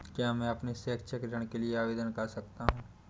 क्या मैं अपने शैक्षिक ऋण के लिए आवेदन कर सकता हूँ?